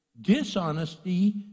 Dishonesty